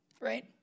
Right